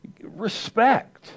respect